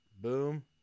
Boom